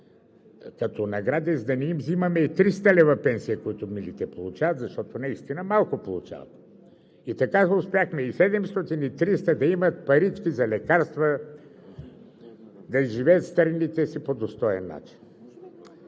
като награди, за да не им взимаме и 300 лв. пенсия, които милите получават, защото наистина малко получават. И така успяхме – и 700 лв., и 300 лв., за да имат парички за лекарства, да изживеят старините си по достоен начин.